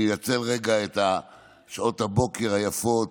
אני אנצל רגע את שעות הבוקר היפות.